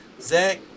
Zach